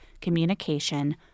communication